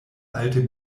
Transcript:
alte